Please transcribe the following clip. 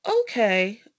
okay